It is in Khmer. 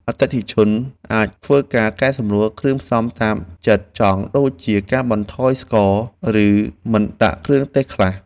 អតិថិជនអាចធ្វើការកែសម្រួលគ្រឿងផ្សំតាមចិត្តចង់ដូចជាការកាត់បន្ថយស្ករ ឬមិនដាក់គ្រឿងទេសខ្លះ។